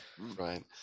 Right